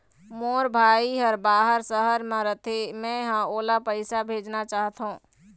मोर भाई हर बाहर शहर में रथे, मै ह ओला पैसा भेजना चाहथों